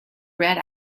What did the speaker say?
read